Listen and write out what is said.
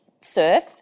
surf